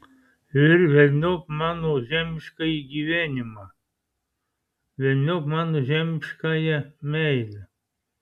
ir velniop mano žemiškąjį gyvenimą velniop mano žemiškąją meilę